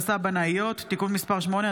הנדסה בנאיות (תיקון מס' 8),